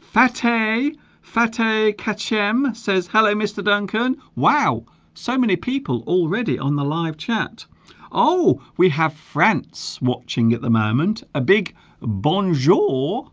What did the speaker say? fat a fat a catch em says hello mr. duncan wow so many people already on the live chat oh we have france watching at the moment a big bonjour